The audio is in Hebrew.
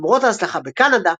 למרות ההצלחה בקנדה,